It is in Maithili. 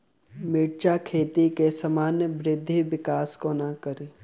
मिर्चा खेती केँ सामान्य वृद्धि विकास कोना करि?